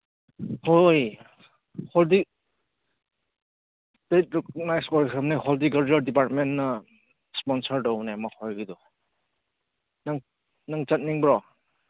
ꯍꯣꯏ ꯁ꯭ꯇꯦꯠ ꯔꯤꯀꯣꯛꯅꯥꯖ ꯑꯣꯏꯈ꯭ꯔꯕꯅꯦ ꯍꯣꯔꯇꯤꯀꯜꯆꯔ ꯗꯤꯄꯥꯔꯠꯃꯦꯟꯅ ꯏꯁꯄꯣꯟꯁꯔ ꯇꯧꯕꯅꯦ ꯃꯈꯣꯏꯒꯤꯗꯣ ꯅꯪ ꯅꯪ ꯆꯠꯅꯤꯡꯕ꯭ꯔꯣ